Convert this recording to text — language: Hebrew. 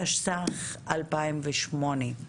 תשס"ח-2008.